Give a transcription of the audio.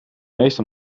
meeste